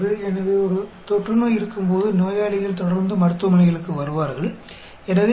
इसलिए जब कोई महामारी होती है तो आपके पास नियमित रूप से क्लीनिक आने वाले मरीज होंगे